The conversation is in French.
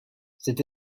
cette